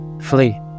Flee